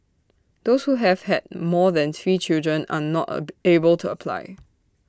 those who have had more than three children are not are be able to apply